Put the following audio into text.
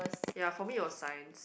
ya for me was Science